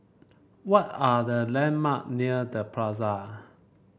what are the landmark near The Plaza